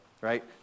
right